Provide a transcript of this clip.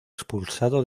expulsado